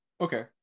Okay